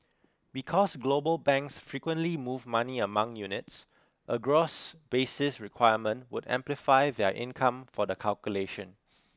because global banks frequently move money among units a gross basis requirement would amplify their income for the calculation